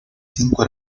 cinco